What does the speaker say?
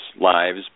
lives